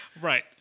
Right